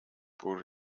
бүр